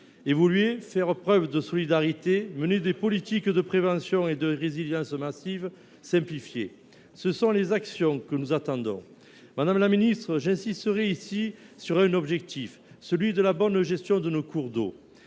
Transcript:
Évoluer, faire preuve de solidarité, mener des politiques de prévention et de résilience massive, simplifier : ce sont les actions que nous attendons. Madame la ministre, je souhaite insister ici sur un objectif, celui de la bonne gestion de nos cours d’eau.